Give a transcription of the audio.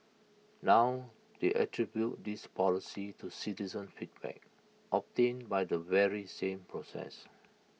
now they attribute this policy to citizen feedback obtained by the very same process